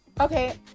okay